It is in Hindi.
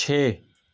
छः